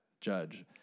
judge